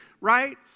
right